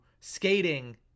skating